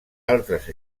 altres